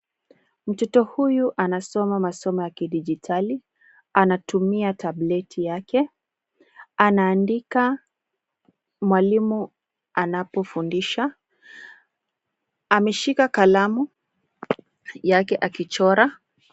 Mtoto huyu anasoma masomo ya kidijitali. Anatumia tablet yake. Anaandika, mwalimu anapofundisha. Ameshika kalamu yake akichora.